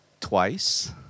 twice